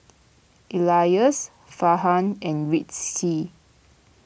Elyas Farhan and Rizqi